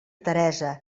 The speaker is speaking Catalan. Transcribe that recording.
teresa